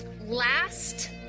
Last